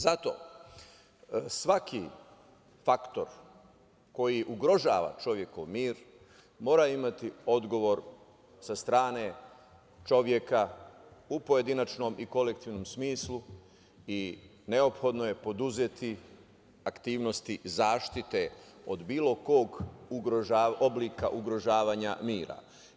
Zato, svaki faktor koji ugrožava čovekov mir mora imati odgovor sa strane čoveka u pojedinačnom i kolektivnom smislu i neophodno je preduzeti aktivnosti zaštite od bilo kog oblika ugrožavanja mira.